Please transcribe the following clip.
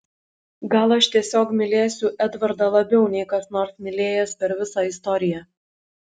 gal aš tiesiog mylėsiu edvardą labiau nei kas nors mylėjęs per visą istoriją